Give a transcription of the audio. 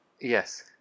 Yes